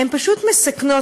הן פשוט מסכנות,